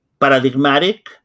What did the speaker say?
paradigmatic